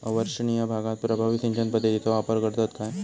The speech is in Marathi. अवर्षणिय भागात प्रभावी सिंचन पद्धतीचो वापर करतत काय?